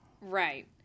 right